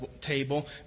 table